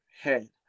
head